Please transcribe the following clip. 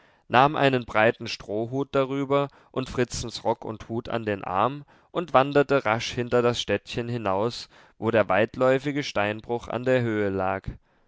nahm einen breiten strohhut darüber und fritzens rock und hut an den arm und wanderte rasch hinter das städtchen hinaus wo der weitläufige steinbruch an der höhe lag